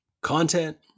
Content